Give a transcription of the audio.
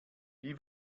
wie